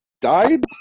died